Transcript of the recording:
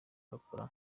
bakora